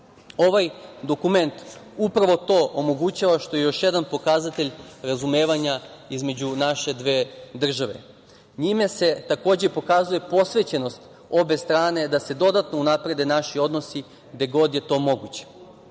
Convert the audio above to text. dokument upravo to omogućava, što je još jedan pokazatelj razumevanja između naše dve države. Njime se takođe pokazuje posvećenost obe strane da se dodatno unaprede naši odnosi gde god je to moguće. Što